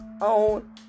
own